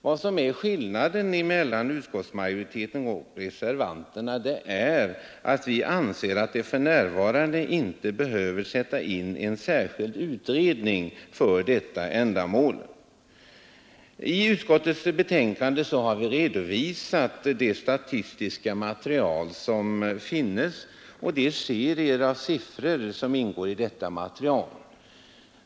Vad som skiljer oss åt är att vi inom utskottsmajoriteten inte anser att man för närvarande behöver sätta in en särskild utredning för ändamålet. I utskottets betänkande har vi redovisat det statistiska material som finns och de serier av siffror som ingår i detta material.